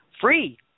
free